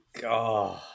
God